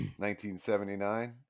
1979